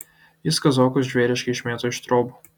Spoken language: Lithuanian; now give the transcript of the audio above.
jis kazokus žvėriškai išmėto iš triobų